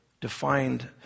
defined